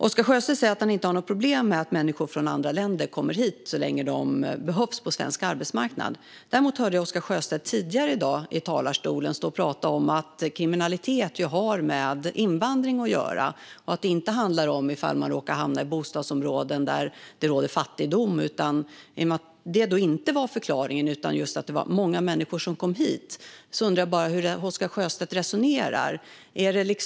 Oscar Sjöstedt säger att han inte har något problem med att människor från andra länder kommer hit så länge de behövs på svensk arbetsmarknad. Men tidigare i dag sa Oscar Sjöstedt i talarstolen att kriminalitet har med invandring att göra. Det handlar alltså inte om att man råkar hamna i bostadsområden där det råder fattigdom. Eftersom det inte är förklaringen utan att många människor kommer hit undrar jag hur Oscar Sjöstedt resonerar.